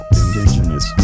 indigenous